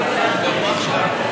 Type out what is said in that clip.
39